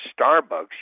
Starbucks